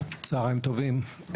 צוהריים טובים,